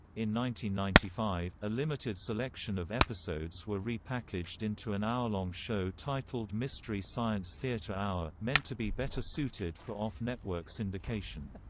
ninety ninety five, a limited selection of episodes were repackaged into an hour-long show titled mystery science theater hour, meant to be better suited for off-network syndication.